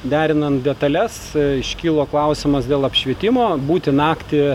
derinant detales iškilo klausimas dėl apšvietimo būti naktį